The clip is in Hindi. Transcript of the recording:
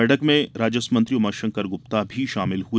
बैठक में राजस्व मंत्री उमाशंकर गुप्ता भी शामिल हुए